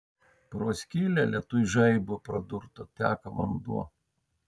pro skylę lietuj žaibo pradurtą teka vanduo